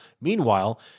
Meanwhile